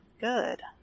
good